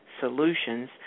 solutions